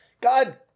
God